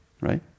right